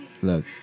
Look